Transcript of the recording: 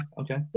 Okay